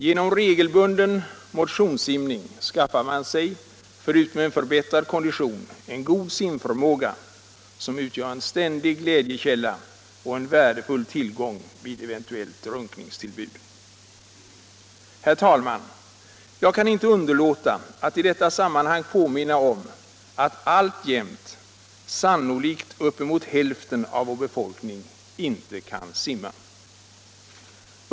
Genom regelbunden motionssimning skaffar man sig förutom en förbättrad kondition en god simförmåga, som utgör en ständig glädjekälla och en värdefull tillgång vid eventuellt drunkningstillbud. Herr talman! Jag kan inte underlåta att i detta sammanhang påminna om att alltjämt sannolikt uppemot hälften av vår befolkning inte kan simma.